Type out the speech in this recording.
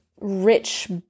rich